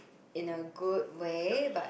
in a good way but